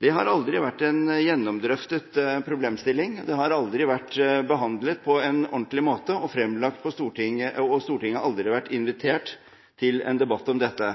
Det har aldri vært en gjennomdrøftet problemstilling, det har aldri vært behandlet på en ordentlig måte, og Stortinget har aldri vært invitert til en debatt om dette.